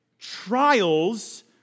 Trials